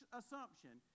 assumption